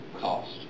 cost